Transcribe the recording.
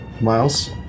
Miles